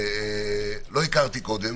לא הכרתי קודם.